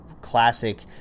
classic